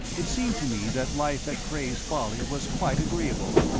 it seemed to me that life at cray's folly was quite agreeable,